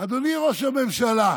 אדוני ראש הממשלה,